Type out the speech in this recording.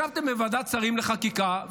ישבתם בוועדת השרים לחקיקה,